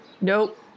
Nope